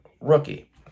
rookie